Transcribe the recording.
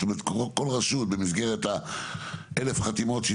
כמו כל רשות במסגרת ה-1000 חתימות שהיא